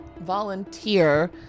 volunteer